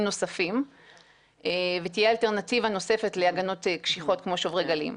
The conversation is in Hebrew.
נוספים ותהיה אלטרנטיבה נוספת להגנות קשיחות כמו שוברים גלים.